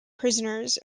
prisoners